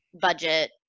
budget